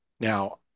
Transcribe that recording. Now